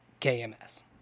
KMS